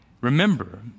Remember